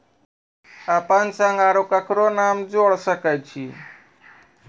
अपन संग आर ककरो नाम जोयर सकैत छी?